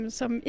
som